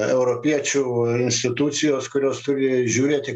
europiečių institucijos kurios turi žiūrėti